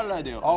i ah